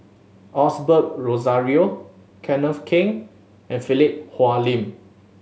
Osbert Rozario Kenneth Keng and Philip Hoalim